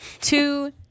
two